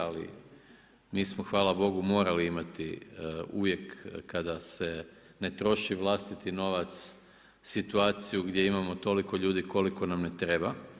Ali mi smo hvala Bogu morali imati uvijek kada se ne troši vlastiti novac situaciju gdje imamo toliko ljudi koliko nam ne treba.